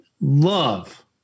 love